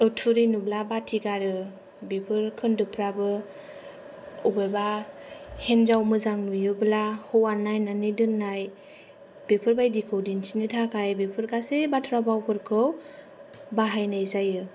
थुरि नुब्ला बाथि गारो बेफोर खोन्दोबफ्राबो अबेबा हेन्जाव मोजां नुयोब्ला हौवा नायनानै दोननाय बेफोरबादिखौ दिन्थिनो थाखाय बेफोर गासै बाथ्रा भावखौ बाहायनाय जायो